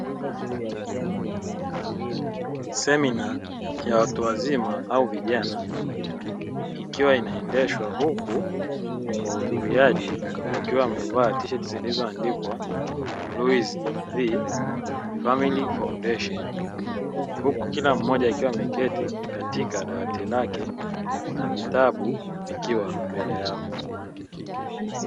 Semina ya watu wazima au vijana ikiwa inaendeshwa huku wahudhuriaji wakiwa wamevaa tisheti zilizoandikwa "Luiz V Family Foundation", huku kila mmoja akiwa ameketi katika dawati lake na vitabu vikiwa mbele yao.